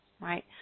right